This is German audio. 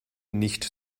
nicht